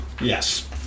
Yes